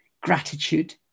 gratitude